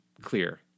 clear